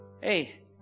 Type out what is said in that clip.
Hey